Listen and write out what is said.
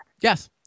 Yes